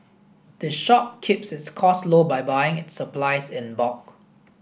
the shop keeps its costs low by buying its supplies in bulk